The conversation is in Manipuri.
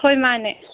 ꯍꯣꯏ ꯃꯥꯅꯦ